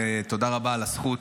ותודה רבה על הזכות,